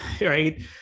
right